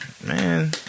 man